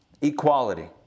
equality